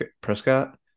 Prescott